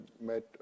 met